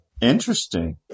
Interesting